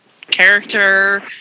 character